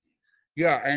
yeah.